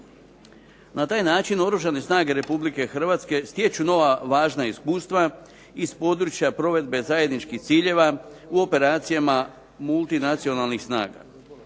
Na taj način Oružane snage Republike Hrvatske stječu nova važna iskustva iz područja provedbe zajedničkih ciljeva u operacijama multinacionalnih snaga.